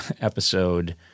episode